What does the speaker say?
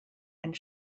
and